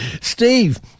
Steve